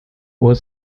were